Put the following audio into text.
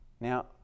now